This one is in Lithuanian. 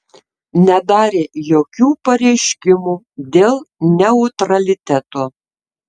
nedarė jokių pareiškimų dėl neutraliteto